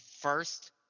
first